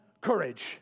courage